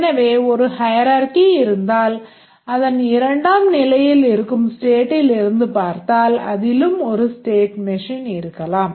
எனவே ஒரு hierarchy இருந்தால் அதன் இரண்டாம் நிலையில் இருக்கும் ஸ்டேடில் இருந்து பார்த்தால் அதிலும் ஒரு state machine இருக்கலாம்